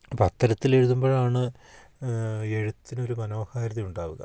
അപ്പം അത്തരത്തിൽ എഴുതുമ്പോഴാണ് എഴുത്തിനൊരു മനോഹാരിത ഉണ്ടാവുക